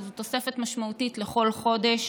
שזו תוספת משמעותית לכל חודש.